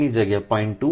3 ની જગ્યાએ તે 0